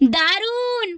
দারুণ